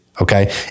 Okay